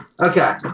Okay